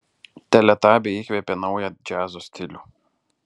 teletabiai įkvėpė naują džiazo stilių